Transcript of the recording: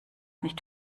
nicht